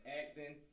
acting